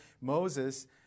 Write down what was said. Moses